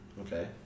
Okay